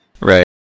Right